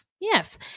yes